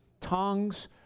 tongues